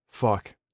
fuck